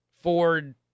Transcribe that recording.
Ford